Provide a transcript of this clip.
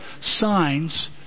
signs